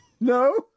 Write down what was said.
No